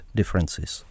differences